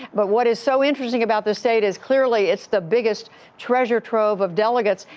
but what is so interesting about this state is, clearly, it's the biggest treasure trove of delegates.